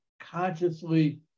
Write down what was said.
consciously